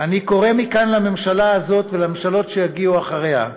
אני קורא מכאן לממשלה הזאת ולממשלות שיגיעו אחריה: